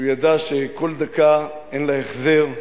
שהוא ידע שכל דקה, אין לה החזר.